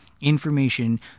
information